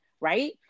Right